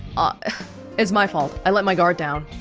ah it's my fault i let my guard down